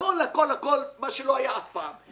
הכול, הכול, מה שלא היה אף פעם.